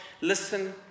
listen